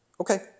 okay